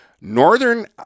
Northern